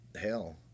hell